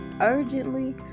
urgently